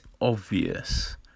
obvious